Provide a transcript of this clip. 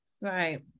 right